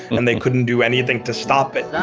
and they couldn't do anything to stop it